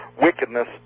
wickedness